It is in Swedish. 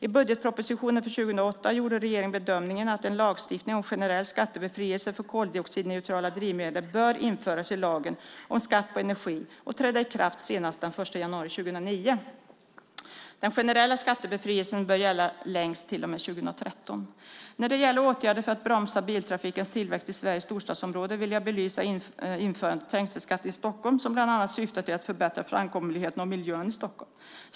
I budgetpropositionen för 2008 gjorde regeringen bedömningen att en lagstiftning om generell skattebefrielse för koldioxidneutrala drivmedel bör införas i lagen om skatt på energi och träda i kraft senast den 1 januari 2009. Den generella skattebefrielsen bör gälla längst till och med 2013. När det gäller åtgärder för att bromsa biltrafikens tillväxt i Sveriges storstadsområden vill jag belysa införandet av trängselskatten i Stockholm som bland annat syftar till att förbättra framkomligheten och miljön i Stockholm.